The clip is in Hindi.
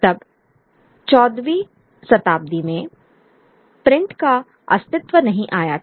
तब 14 वीं शताब्दी मेें प्रिंट का अस्तित्व नहीं आया था